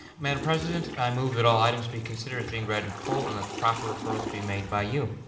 madam president, i move that all items be considered as being read in full, and that the proper referrals be made by you.